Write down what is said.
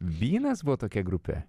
vynas buvo tokia grupė